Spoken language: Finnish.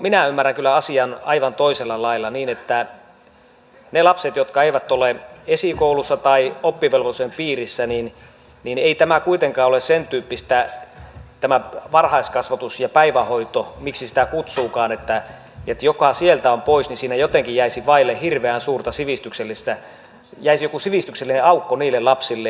minä ymmärrän kyllä asian aivan toisella lailla niin että niille lapsille jotka eivät ole esikoulussa tai oppivelvollisuuden piirissä ei tämä kuitenkaan ole sen tyyppistä tämä varhaiskasvatus ja päivähoito miksi sitä kutsuukaan että jos sieltä on pois niin jäisi vaille hirveän suurta sivistyksellistä ja joku sivistyksellinen aukko niille lapsille